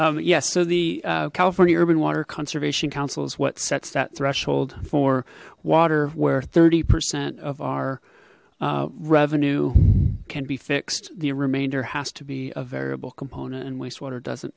ty yes so the california urban water conservation council is what sets that threshold for water where thirty percent of our revenue can be fixed the remainder has to be a variable component and wastewater doesn't